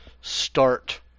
start